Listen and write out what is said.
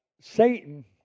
Satan